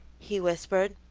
he whispered.